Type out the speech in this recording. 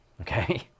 okay